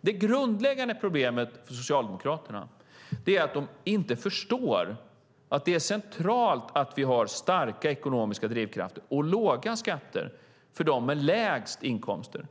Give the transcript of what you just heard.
Det grundläggande problemet för Socialdemokraterna är att de inte förstår att det är centralt att vi har starka ekonomiska drivkrafter och låga skatter för dem med lägst inkomster.